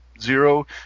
Zero